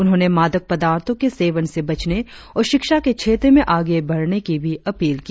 उन्होंने मादक पदार्थो के सेवन से बचने और शिक्षा के क्षेत्र में आगे बढ़ने की भी अपील की